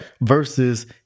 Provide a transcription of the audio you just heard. versus